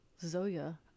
Zoya